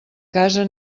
casa